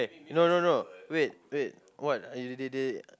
no no no wait wait what they they they